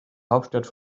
hauptstadt